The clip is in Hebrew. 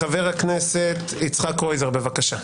חבר הכנסת יצחק קרויזר, בבקשה.